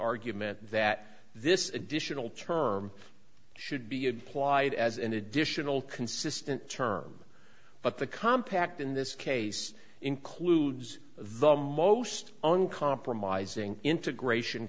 argument that this additional term should be applied as an additional consistent term but the compact in this case includes the most uncompromising integration